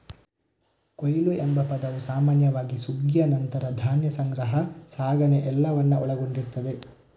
ಕೊಯ್ಲು ಎಂಬ ಪದವು ಸಾಮಾನ್ಯವಾಗಿ ಸುಗ್ಗಿಯ ನಂತರ ಧಾನ್ಯ ಸಂಗ್ರಹ, ಸಾಗಣೆ ಎಲ್ಲವನ್ನ ಒಳಗೊಂಡಿರ್ತದೆ